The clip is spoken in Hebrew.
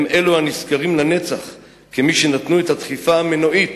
הם אלו הנזכרים לנצח כמי שנתנו את הדחיפה המנועית,